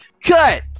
cut